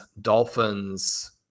dolphins